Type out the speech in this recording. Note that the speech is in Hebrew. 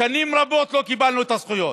שנים רבות לא קיבלנו את הזכויות,